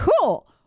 Cool